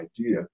idea